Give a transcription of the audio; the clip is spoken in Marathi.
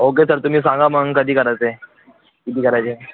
ओके सर तुम्ही सांगा मग कधी करायचं आहे किती करायचं आहे